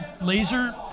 laser